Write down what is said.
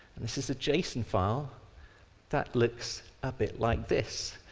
this is a json file that looks a bit like this.